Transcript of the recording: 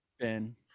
Ben